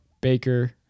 Baker